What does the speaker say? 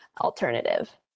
alternative